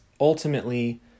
ultimately